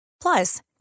Plus